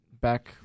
back